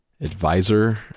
advisor